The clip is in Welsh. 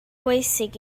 bwysig